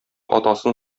атасын